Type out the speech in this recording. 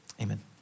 amen